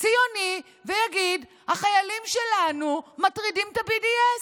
ציוני ויגיד: החיילים שלנו מטרידים את ה-BDS.